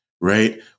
right